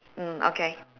mm okay